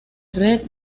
red